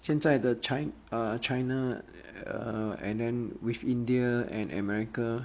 现在的 uh china uh and then with india and america